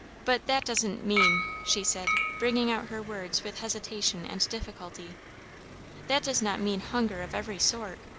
but that doesn't mean she said, bringing out her words with hesitation and difficulty that does not mean hunger of every sort?